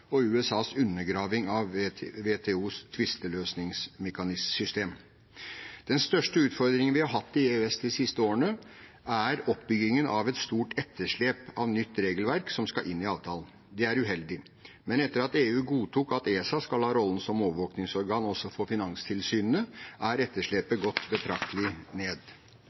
og USAs undergraving av WTOs tvisteløsningssystem. Den største utfordringen vi har hatt i EØS de siste årene, er oppbyggingen av et stort etterslep av nytt regelverk som skal inn i avtalen. Det er uheldig, men etter at EU godtok at ESA skal ha rollen som overvåkingsorgan også for finanstilsynene, er etterslepet gått betraktelig ned.